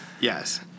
Yes